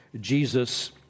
Jesus